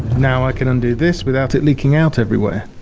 now i can undo this without it leaking out everywhere.